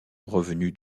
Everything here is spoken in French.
revenu